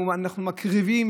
אנחנו מקריבים,